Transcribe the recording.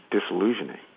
disillusioning